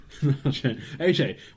AJ